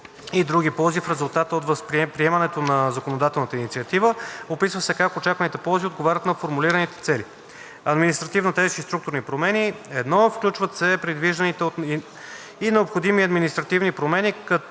и други ползи в резултат от приемането на законодателната инициатива. Описва се как очакваните ползи отговарят на формулираните цели. Административна тежест и структурни промени. 1. Включват се предвижданите и необходими административни промени,